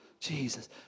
Jesus